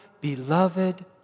beloved